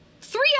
three